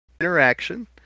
interaction